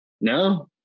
No